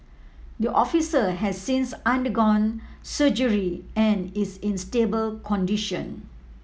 the officer has since undergone surgery and is in stable condition